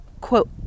quote